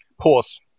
pause